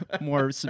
more